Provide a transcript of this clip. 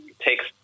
takes